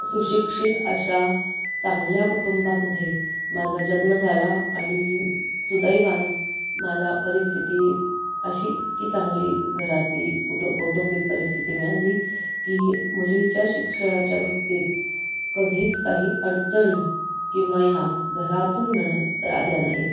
सुशिक्षित अशा चांगल्या कुटुंबामध्ये माझा जन्म झाला आणि सुदैवानं मला परिस्थिती अशी इतकी चांगली घरातली कुटु कौटुंबिक परिस्थिती मिळाली की मुलीच्या शिक्षणाच्या बाबतीत कधीच काही अडचणी किंवा या घरातून म्हणा तर आल्या नाहीत